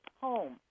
home